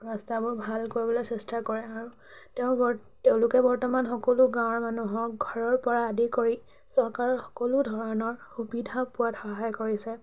ৰাস্তাবোৰ ভাল কৰিবলৈ চেষ্টা কৰে আৰু তেওঁ বৰ্ত তেওঁলোকে বৰ্তমান সকলো গাঁৱৰ মানুহক ঘৰৰ পৰা আদি কৰি চৰকাৰৰ সকলো ধৰণৰ সুবিধা পোৱাত সহায় কৰিছে